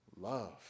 love